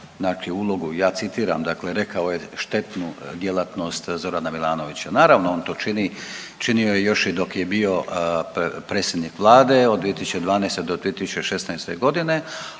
ulogu ja citiram, dakle rekao je „štetnu djelatnost Zorana Milanovića“. Naravno on to čini, činio je još i dok je bio predsjednik vlade od 2012.-2016.g.,